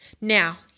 Now